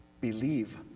believe